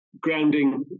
grounding